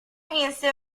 vinse